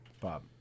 Bob